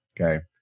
okay